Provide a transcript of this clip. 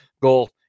goal